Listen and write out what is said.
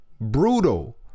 brutal